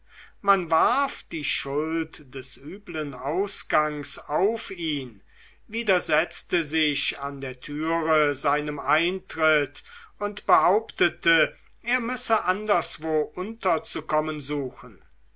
man warf die schuld des übeln ausgangs auf ihn widersetzte sich an der türe seinem eintritt und behauptete er müsse anderswo unterzukommen suchen